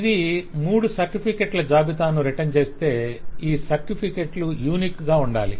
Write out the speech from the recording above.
ఇది మూడు సర్టిఫికేట్ల జాబితాను రిటర్న్ చేస్తే ఈ 3 సర్టిఫికేట్లు యూనిక్ గా ఉండాలి